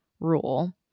rule